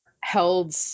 held